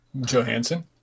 Johansson